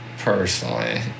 Personally